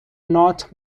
not